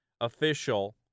official